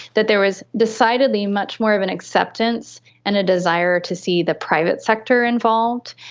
that there was decidedly much more of an acceptance and a desire to see the private sector involved,